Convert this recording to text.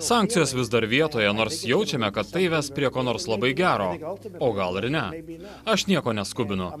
sankcijos vis dar vietoje nors jaučiame kad tai ves prie ko nors labai gero o gal ir ne aš nieko neskubinu